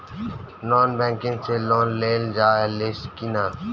Non banking से loan लेल जा ले कि ना?